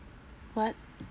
what